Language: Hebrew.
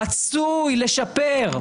רצוי לשפר,